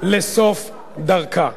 לסוף דרכה.